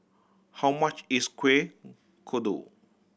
how much is Kuih Kodok